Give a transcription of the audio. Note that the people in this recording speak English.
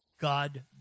God